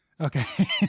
okay